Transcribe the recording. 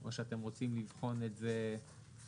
או שאתם רוצים לבחון את זה בהמשך.